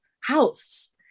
house